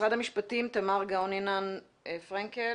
משרד המשפטים, תמר גאונינאן פרקל?